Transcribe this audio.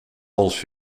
als